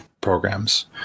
programs